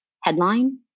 headline